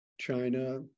China